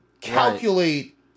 calculate